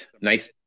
nice